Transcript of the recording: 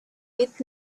with